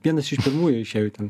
vienas iš pirmųjų išėjau ten